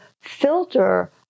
filter